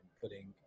putting